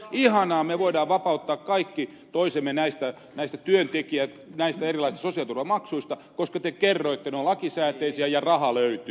ihanaa me voimme vapauttaa kaikki toisemme näistä erilaisista sosiaaliturvamaksuista koska te kerroitte että turva on lakisääteistä ja rahaa löytyy